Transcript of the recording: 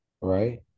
right